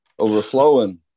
Overflowing